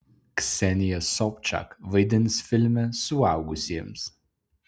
ksenija sobčak vaidins filme suaugusiems